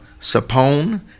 Sapone